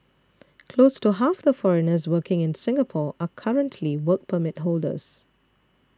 close to half the foreigners working in Singapore are currently Work Permit holders